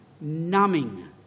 numbing